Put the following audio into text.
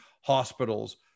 hospitals